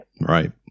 right